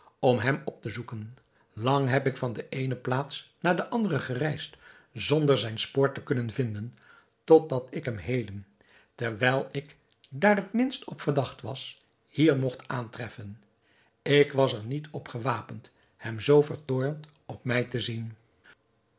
om hem op te zoeken lang heb ik van de eene plaats naar de andere gereisd zonder zijn spoor te kunnen vinden totdat ik hem heden terwijl ik daar het minst op verdacht was hier mogt aantreffen ik was er niet op gewapend hem zoo vertoornd op mij te zien